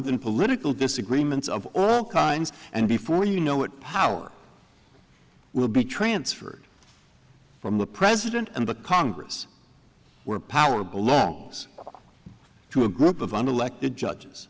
than political disagreements of all kinds and before you know it power will be transferred from the president and the congress where power belongs to a group of